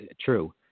true